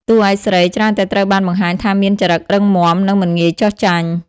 តួឯកស្រី ច្រើនតែត្រូវបានបង្ហាញថាមានចរិតរឹងមាំនិងមិនងាយចុះចាញ់។